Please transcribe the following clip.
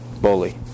bully